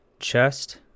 chest